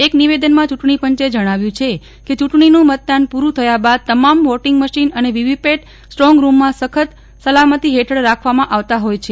એક નિવેદનમાં ચૂંટણીપંચે જણાવ્યું છે કે ચૂંટણીનું મતદાન પૂર્રું થયા બાદ તમામ વોટીંગ મશીન અને વીવીપેટ સ્ટ્રોંગરૂમમાં સપ્ન સલામતિ હેઠળ રાખવામાં આવતા હોય છે